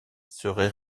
serait